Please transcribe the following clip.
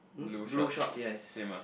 um blue short yes